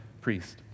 priest